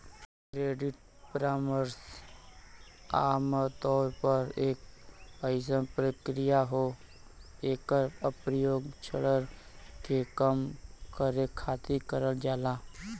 credit परामर्श आमतौर पर एक अइसन प्रक्रिया हौ एकर प्रयोग ऋण के कम करे खातिर करल जाला